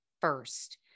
first